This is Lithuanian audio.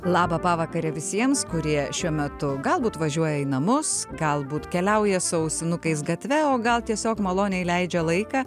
labą pavakarę visiems kurie šiuo metu galbūt važiuoja į namus galbūt keliauja su ausinukais gatve o gal tiesiog maloniai leidžia laiką